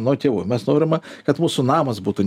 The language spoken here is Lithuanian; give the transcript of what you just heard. nuo tėvų mes norim kad mūsų namas būtų